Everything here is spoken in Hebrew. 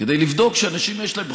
כדי לבדוק שאנשים יש להם,